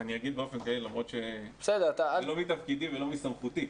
אני אומר באופן כללי למרות שלא מתפקידי ולא מסמכותי.